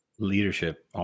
Leadership